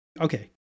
Okay